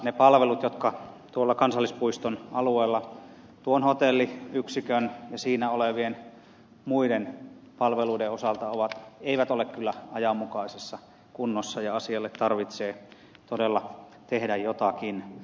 ne palvelut jotka tuolla kansallispuiston alueella tuon hotelliyksikön ja siinä olevien muiden palveluiden osalta ovat eivät ole kyllä ajanmukaisessa kunnossa ja asialle tarvitsee todella tehdä jotakin